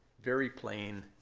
very plain.